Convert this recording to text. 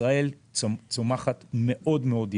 ישראל צומחת מאוד-מאוד יפה.